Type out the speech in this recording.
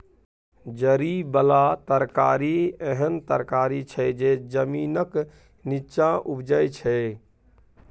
जरि बला तरकारी एहन तरकारी छै जे जमीनक नींच्चाँ उपजै छै